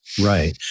Right